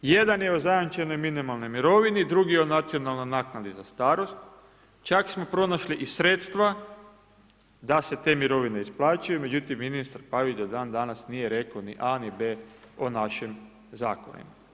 Jedan je o zajamčenoj minimalnoj mirovini, drugi o nacionalni naknadi za starost, čak smo pronašli i sredstva, da se te mirovine isplaćuju, međutim, ministar Pavić do dan danas nije rekao ni A ni B o našim zakonima.